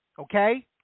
Okay